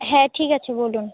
হ্যাঁ ঠিক আছে বলুন